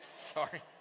Sorry